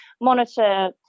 monitor